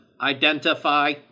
identify